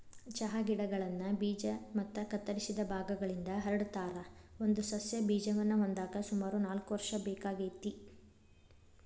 ಚಹಾ ಗಿಡಗಳನ್ನ ಬೇಜ ಮತ್ತ ಕತ್ತರಿಸಿದ ಭಾಗಗಳಿಂದ ಹರಡತಾರ, ಒಂದು ಸಸ್ಯ ಬೇಜವನ್ನ ಹೊಂದಾಕ ಸುಮಾರು ನಾಲ್ಕ್ ವರ್ಷ ಬೇಕಾಗತೇತಿ